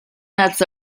nets